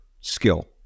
skill